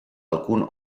alcun